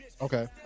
Okay